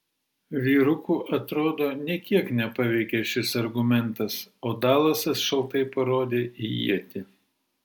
vyrukų atrodo nė kiek nepaveikė šis argumentas o dalasas šaltai parodė į ietį